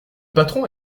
patron